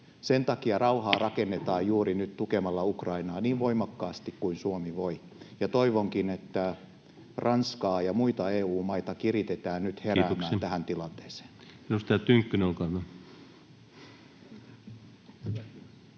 Sen takia rauhaa rakennetaan juuri nyt tukemalla Ukrainaa niin voimakkaasti kuin Suomi voi, ja toivonkin, että Ranskaa ja muita EU-maita kiritetään nyt heräämään [Puhemies: Kiitoksia!]